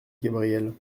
gabrielle